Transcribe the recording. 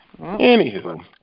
Anywho